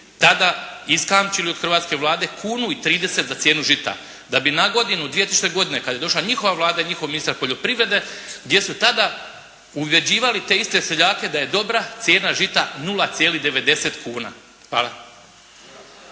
tada iskamčili od hrvatske Vlade kunu i 30 za cijenu žita, da bi na godinu 2000. godine kad je došla njihova Vlada i njihov ministar poljoprivrede gdje su tada ubjeđivali te iste seljake da je dobra cijena žita 0,90 kuna. Hvala.